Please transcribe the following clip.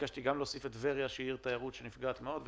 וביקשתי גם להוסיף את טבריה שהיא עיר תיירות שנפגעת מאוד.